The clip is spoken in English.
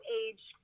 age